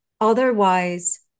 otherwise